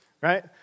right